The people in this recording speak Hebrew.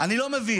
אני לא מבין.